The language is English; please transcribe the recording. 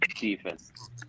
defense